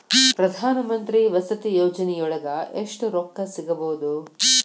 ಪ್ರಧಾನಮಂತ್ರಿ ವಸತಿ ಯೋಜನಿಯೊಳಗ ಎಷ್ಟು ರೊಕ್ಕ ಸಿಗಬೊದು?